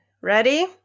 Ready